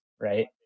right